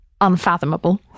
unfathomable